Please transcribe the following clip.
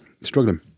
Struggling